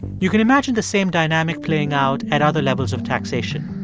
you can imagine the same dynamic playing out at other levels of taxation.